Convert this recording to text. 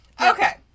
okay